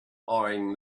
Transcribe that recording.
eyeing